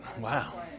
Wow